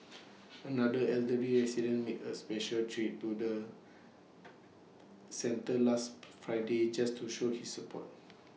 another elderly resident made A special trip to the centre last Friday just to show she support